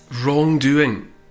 wrongdoing